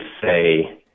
say